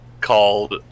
called